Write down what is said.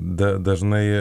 da dažnai